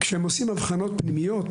כשהם עושים הבחנות פנימיות,